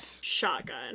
Shotgun